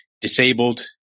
disabled